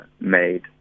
made